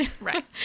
right